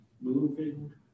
moving